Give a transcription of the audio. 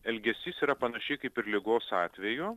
elgesys yra panašiai kaip ir ligos atveju